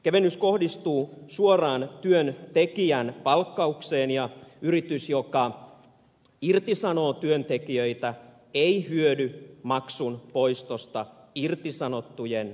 kevennys kohdistuu suoraan työntekijän palkkaukseen ja yritys joka irtisanoo työntekijöitä ei hyödy maksun poistosta irtisanottujen osalta